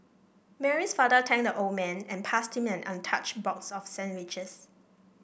Mary's father thanked the old man and passed him an untouched box of sandwiches